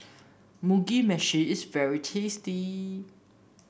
Mugi Meshi is very tasty